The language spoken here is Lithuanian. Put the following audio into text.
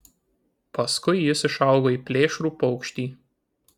paskui jis išaugo į plėšrų paukštį